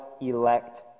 elect